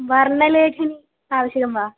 वर्णलेखनी आवश्यकी वा